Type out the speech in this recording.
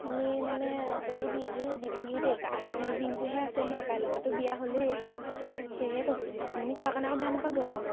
আপুনি মানে যদি দিয়েহি দিবহি দেই আজি দিনটোহে আছে ন কাইলৈৰ পৰাতো বিয়া হ'লেই সেয়েহে কৈছোঁ আপুনি কোৱাৰ কাৰণে আকৌ বেয়া নাপাব আকৌ